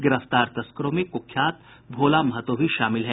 गिरफ्तार तस्करों में कुख्यात भोला महतो भी शामिल है